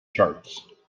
charts